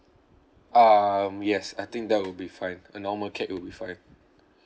um yes I think that will be fine a normal cake will be fine